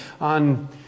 on